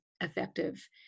effective